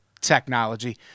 technology